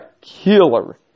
killer